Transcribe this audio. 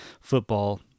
football